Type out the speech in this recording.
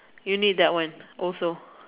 you need that one also